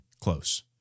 close